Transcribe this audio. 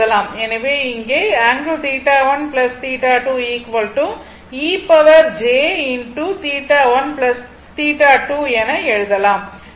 எனவே இங்கே என எழுதலாம்